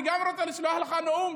גם אני רוצה לשלוח לך נאום,